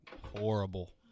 Horrible